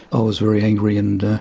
i was very angry and,